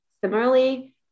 Similarly